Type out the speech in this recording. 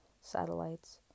satellites